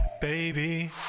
baby